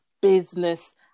business